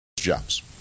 jobs